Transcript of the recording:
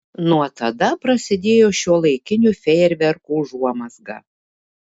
nuo tada prasidėjo šiuolaikinių fejerverkų užuomazga